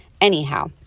Anyhow